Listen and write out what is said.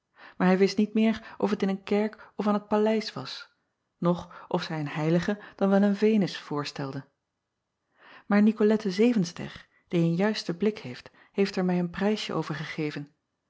maar hij wist niet meer of t in een kerk of aan t paleis was noch of zij een eilige dan wel een enus voorstelde maar icolette evenster die een juisten blik heeft heeft er mij een prijsje